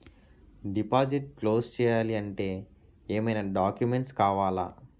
Deposit close చేయాలి అంటే ఏమైనా డాక్యుమెంట్స్ కావాలా?